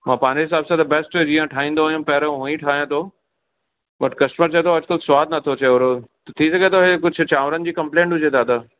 मां पंहिंजे हिसाब सां त बेस्ट जीअं ठाहींदो आहियां पहिरों ऊअं ई पर कस्टमर चए थो अॼु कल्ह सवादु नथो अचे ओड़ो थी सघे थो हीउ कुझु चांवरनि जी कंप्लेन हुजे दादा